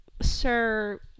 Sir